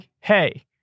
hey